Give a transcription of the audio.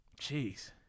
Jeez